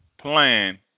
plan